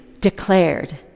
declared